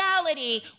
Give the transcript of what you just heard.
reality